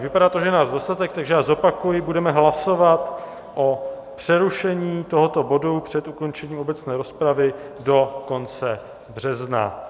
Vypadá to, že je nás dostatek, takže já zopakuji, budeme hlasovat o přerušení tohoto bodu před ukončením obecné rozpravy do konce března.